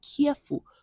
careful